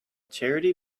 charity